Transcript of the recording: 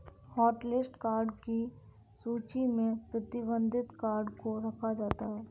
hotlist card की सूची में प्रतिबंधित कार्ड को रखा जाता है